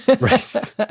Right